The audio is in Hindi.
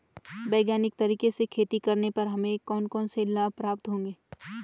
वैज्ञानिक तरीके से खेती करने पर हमें कौन कौन से लाभ प्राप्त होंगे?